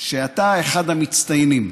שאתה אחד המצטיינים,